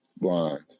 blind